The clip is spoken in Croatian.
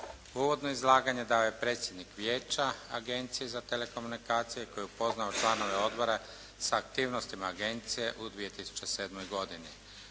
Uvodno izlaganje dao je predsjednik Vijeća Agencije za telekomunikacije koji je upoznao članove Odbora sa aktivnostima Agencije u 2007. godini,